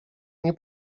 nie